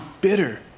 bitter